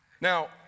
Now